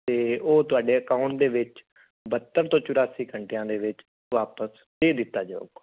ਅਤੇ ਉਹ ਤੁਹਾਡੇ ਅਕਾਊਂਟ ਦੇ ਵਿੱਚ ਬਹੱਤਰ ਤੋਂ ਚੁਰਾਸੀ ਘੰਟਿਆਂ ਦੇ ਵਿੱਚ ਵਾਪਸ ਦੇ ਦਿੱਤਾ ਜਾਊਗਾ